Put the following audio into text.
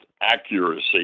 accuracy